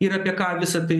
ir apie ką visa tai